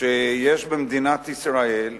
שיש במדינת ישראל חוגים,